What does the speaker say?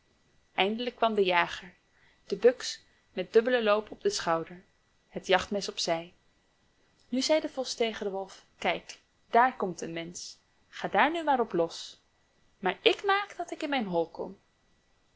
eindelijk kwam de jager de buks met dubbelen loop op den schouder het jachtmes op zij nu zei de vos tegen den wolf kijk daar komt een mensch ga daar nu maar op los maar ik maak dat ik in mijn hol kom